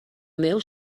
meu